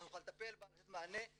אנחנו נוכל לטפל במענה,